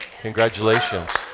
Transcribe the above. Congratulations